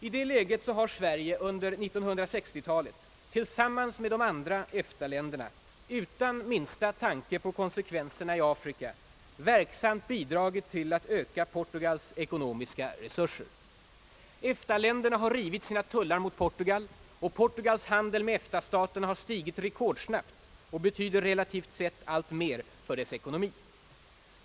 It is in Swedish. I det läget har Sverige under 1960 talet tillsammans med de andra EFTA länderna, utan minsta tanke på konsekvenserna i Afrika, verksamt bidragit till att öka Portugals ekonomiska resurser. EFTA-länderna har rivit sina tullmurar mot Portugal, och Portugals handel med EFTA-staterna har ökat rekordsnabbt och betyder relativt sett alltmer för dess ekonomi.